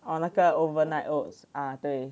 哦那个 overnight oats 啊对